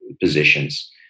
positions